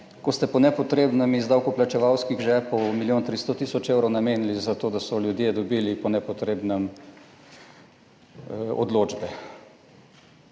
ko ste po nepotrebnem iz davkoplačevalskih žepov milijon 300 tisoč evrov namenili za to, da so ljudje dobili po nepotrebnem odločbe,